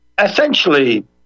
essentially